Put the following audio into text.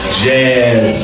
jazz